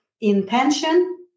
intention